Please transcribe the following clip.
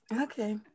Okay